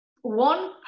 one